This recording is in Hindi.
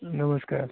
नमस्कार